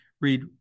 read